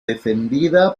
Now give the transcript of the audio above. defendida